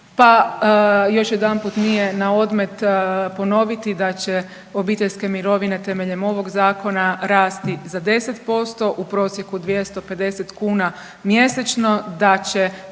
Pa još jedanput nije na odmet ponoviti da će obiteljske mirovine temeljem ovog zakona rasti za 10% u prosjeku 250 kuna mjesečno, da će